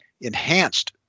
enhanced